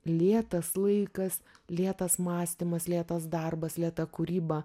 lėtas laikas lėtas mąstymas lėtas darbas lėta kūryba